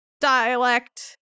dialect